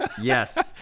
yes